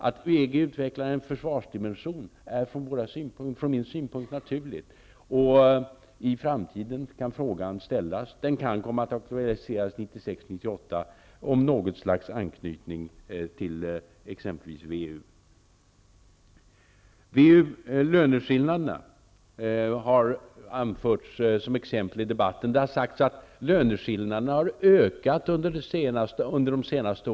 Att EG utvecklar en försvarsdimension är från min synpunkt naturligt, och i framtiden kan frågan resas -- den kan komma att aktualiseras 1996--98 -- om något slags anknytning till exempelvis WEU. Löneskillnaderna har anförts som exempel i debatten. Det har sagts att löneskillnaderna ökat under de senaste åren.